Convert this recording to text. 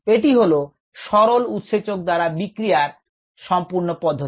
এটি হলো সরল উৎসেচক দ্বারা বিক্রিয়ার সম্পূর্ণ পদ্ধতি